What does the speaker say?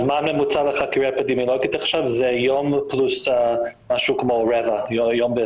הזמן הממוצע לחקירה אפידמיולוגית עכשיו הוא יום פלוס משהו כמו רבע יום.